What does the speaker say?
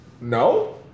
no